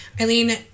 Eileen